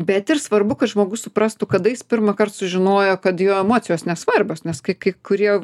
bet ir svarbu kad žmogus suprastų kada jis pirmąkart sužinojo kad jo emocijos nesvarbios nes kai kai kurie